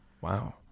Wow